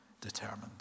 determined